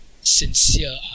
sincere